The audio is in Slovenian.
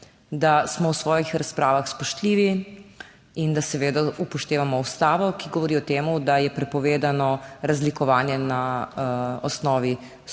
da smo v svojih razpravah spoštljivi in da seveda upoštevamo Ustavo, ki govori o tem, da je prepovedano razlikovanje na osnovi spola,